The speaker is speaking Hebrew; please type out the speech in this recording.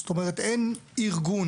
זאת אומרת, אין ארגון,